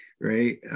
right